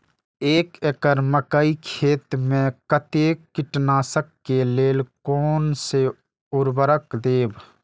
एक एकड़ मकई खेत में कते कीटनाशक के लेल कोन से उर्वरक देव?